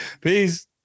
Peace